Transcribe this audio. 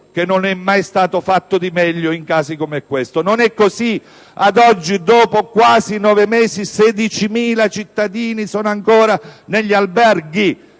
che non è mai stato fatto di meglio in casi come questo, perché non è così. Ad oggi, dopo quasi nove mesi, 16.000 cittadini sono ancora negli alberghi,